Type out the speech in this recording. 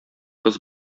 кыз